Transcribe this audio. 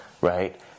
right